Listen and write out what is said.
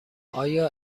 آیا